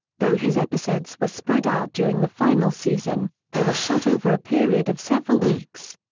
though his episodes were spread out during the final season, they were shot over a period of several weeks.